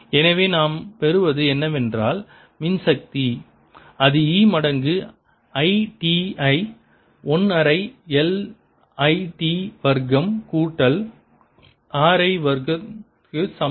எனவே நாம் பெறுவது என்னவென்றால் மின்சக்தி அது E மடங்கு I t ஐ 1 அரை L I t வர்க்கம் கூட்டல் R I வர்க்கம் க்கு சமம்